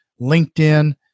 LinkedIn